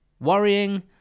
worrying